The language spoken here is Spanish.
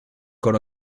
con